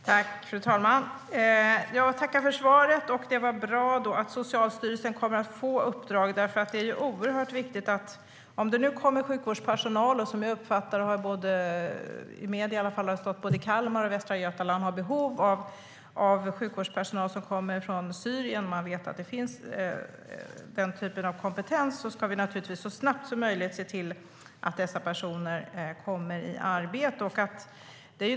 Fru talman! Jag tackar för svaret. Det är bra att Socialstyrelsen kommer att få uppdraget, för det är oerhört viktigt. Om det nu kommer sjukvårdspersonal från Syrien som har den typen av kompetens och vi vet, enligt uppgifter i medier, att man både i Kalmar och Västra Götaland har behov av sjukvårdspersonal ska vi naturligtvis så snabbt som möjligt se till att dessa personer kommer i arbete.